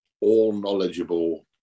all-knowledgeable